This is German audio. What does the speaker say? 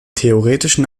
theoretischen